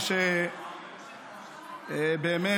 ושבאמת,